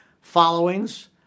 followings